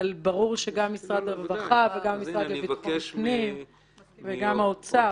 אבל ברור שגם משרד הרווחה וגם המשרד לביטחון פנים וגם האוצר,